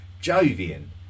Jovian